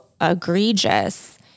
egregious